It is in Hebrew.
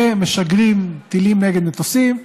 ומשגרים טילים נגד מטוסים.